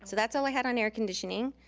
so that's all i had on air conditioning.